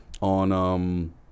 on